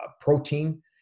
protein